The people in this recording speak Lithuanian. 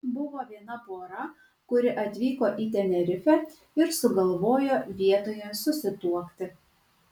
buvo viena pora kuri atvyko į tenerifę ir sugalvojo vietoje susituokti